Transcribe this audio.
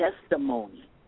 testimony